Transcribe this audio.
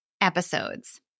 episodes